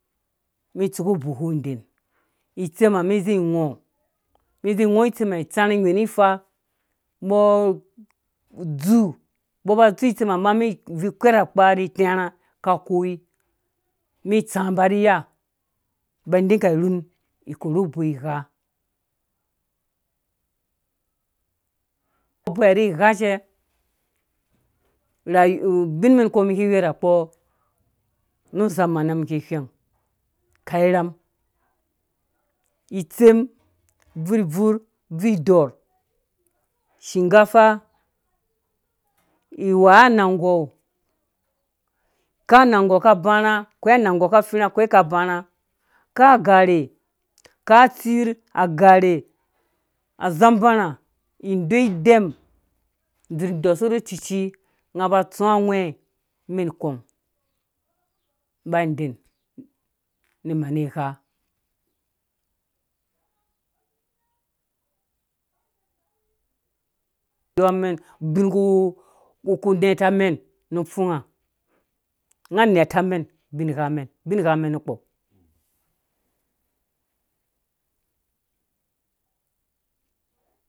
Mɛn tsu ku ubahu iden itsemha mɛn zĩ ngɔ mɛn zĩ ngɔ itsem sttsãrhi nwhɛ ni ifa mbɔ dzu mbɔ ba dzu itsemha maa mɛn bvui kwer akpa rri terhã ka koi mɛn tsa ba rhi iya ba dinka rhan ikorhu boi gha bho rhi gha cɛ rhai ubin mɛn nu kpɔ mɛn ki werha kpɔ nu zamana mum ki whɛing kau irham itsem bvurbvur bvurdɔrh ushinkafa iwai anangɔ akwai anang gɔ ka bãrhã akwai anang gɔ ka fĩĩrhã kwai ka bãrhã kau agarhe kau atsir agarhe azãbãrhã idoi idɛm dzur dɔsuwe rru cuci nga tsũ a ngwhɛ̃ mɛn kɔng mba inden ni mani gha ubin ku neta mɛn nu pfunga nga neta mɛn binha bingah mɛn nukpɔ.